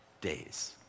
days